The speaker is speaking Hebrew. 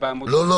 לא, לא.